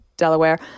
Delaware